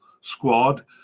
squad